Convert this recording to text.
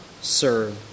serve